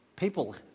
People